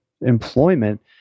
employment